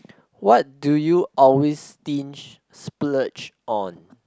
what do you always stinge splurge on